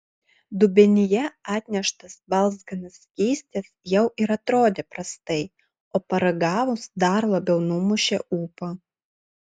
dubenyje atneštas balzganas skystis jau ir atrodė prastai o paragavus dar labiau numušė ūpą